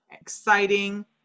exciting